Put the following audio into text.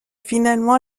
finalement